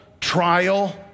trial